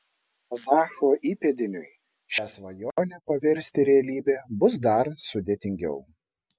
kazacho įpėdiniui šią svajonę paversti realybe bus dar sudėtingiau